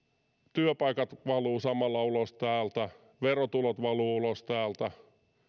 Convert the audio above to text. työpaikat valuvat samalla ulos täältä verotulot valuvat ulos täältä